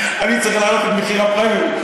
אני צריך להעלות את מחיר הפריימריז.